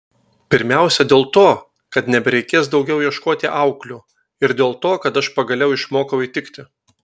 pirmiausia dėl to kad nebereikės daugiau ieškoti auklių ir dėl to kad aš pagaliau išmokau įtikti